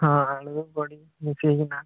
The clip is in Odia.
ହଁ ଆଳୁ ବଡ଼ି ମିଶାଇକିନା